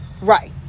right